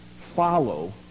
follow